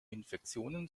infektionen